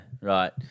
right